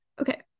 okay